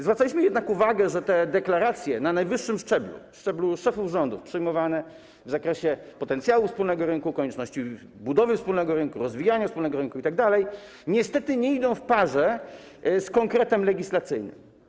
Zwracaliśmy jednak uwagę na to, że te deklaracje na najwyższym szczeblu, szczeblu szefów rządów, przyjmowane w zakresie potencjału wspólnego rynku, konieczności budowy wspólnego rynku, rozwijania wspólnego rynku itd., niestety nie idą w parze z konkretem legislacyjnym.